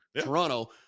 Toronto